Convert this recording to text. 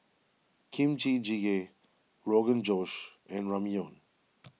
Kimchi Jjigae Rogan Josh and Ramyeon